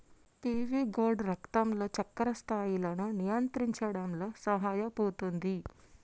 PV gourd రక్తంలో చక్కెర స్థాయిలను నియంత్రించడంలో సహాయపుతుంది